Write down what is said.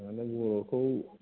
दालाय बर'खौ